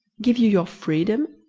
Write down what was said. give you your freedom?